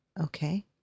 Okay